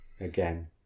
Again